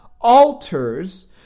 altars